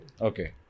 Okay